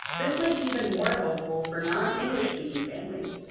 this might be even more helpful for non-english-speaking families,